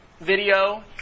video